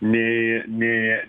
nei nei